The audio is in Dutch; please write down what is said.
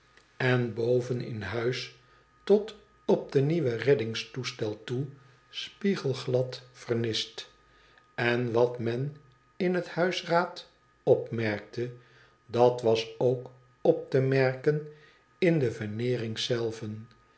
vriend boven in huis tot op den nieuwen reddingstoestel toe spiegelglad vernist n wat men in het huisraad opmerkte dat was ook op te merken in de veneerings zelven